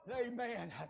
Amen